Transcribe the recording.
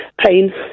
pain